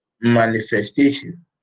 manifestation